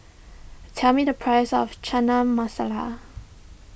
tell me the price of Chana Masala